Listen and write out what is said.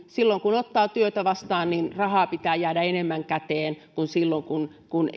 silloin kun ottaa työtä vastaan rahaa pitää jäädä enemmän käteen kuin silloin kun kun